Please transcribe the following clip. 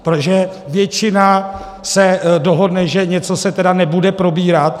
Protože většina se dohodne, že něco se tedy nebude probírat?